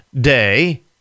Day